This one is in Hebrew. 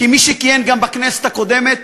כמי שכיהן גם בכנסת הקודמת,